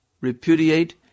repudiate